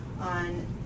on